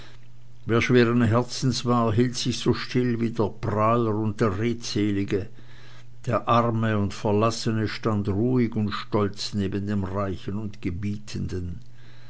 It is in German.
wer schweren herzens war hielt sich so still wie der prahler und der redselige der arme und verlassene stand ruhig und stolz neben dem reichen und gebietenden